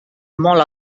molt